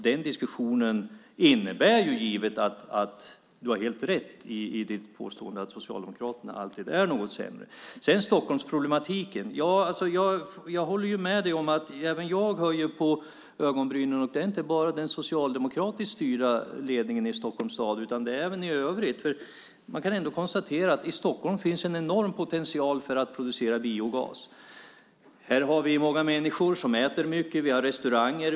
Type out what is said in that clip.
Den diskussionen innebär givetvis att du har helt rätt i ditt påstående att Socialdemokraterna alltid är något sämre. När det gäller Stockholmsproblematiken höjer även jag på ögonbrynen. Det är inte bara den socialdemokratiskt styrda ledningen i Stockholms stad utan även i övrigt. Man kan ändå konstatera att det i Stockholm finns en enorm potential för att producera biogas. Här finns många människor som äter mycket. Vi har restauranger.